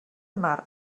mar